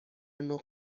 نوع